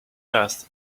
earth